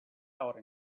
our